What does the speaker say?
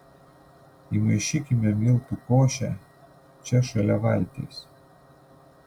įmaišykime miltų košę čia šalia valties